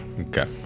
Okay